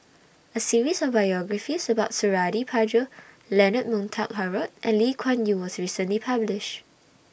A series of biographies about Suradi Parjo Leonard Montague Harrod and Lee Kuan Yew was recently published